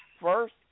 First